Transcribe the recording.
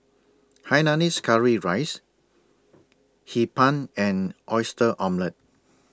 Hainanese Curry Rice Hee Pan and Oyster Omelette